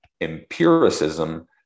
empiricism